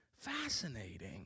Fascinating